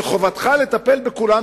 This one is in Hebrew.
שחובתך לטפל בכולם,